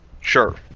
Sure